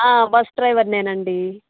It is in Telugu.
ఆ బస్ డ్రైవర్నే నండి